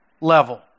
level